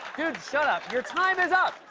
shut up. your time is up.